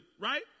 right